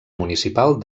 municipal